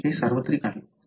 म्हणून हे सार्वत्रिक आहे